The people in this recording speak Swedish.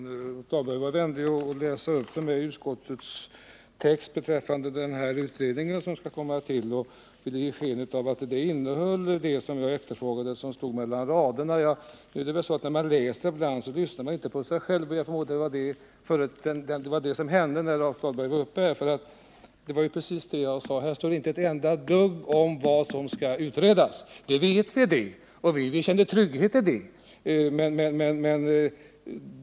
Herr talman! Rolf Dahlberg var vänlig nog att för mig läsa upp utskottets text beträffande den kommande utredningen och ge sken av att den mellan raderna innehöll vad jag efterfrågade. Nu är det väl så ibland att man inte lyssnar på sig själv när man läser, och det var det som hände när Rolf Dahlberg var uppe här i talarstolen. Det är precis som jag sade — här står inte ett enda dugg om vad som skall utredas. Vi vet det, och vi kände trygghet i den vetskapen.